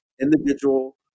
individual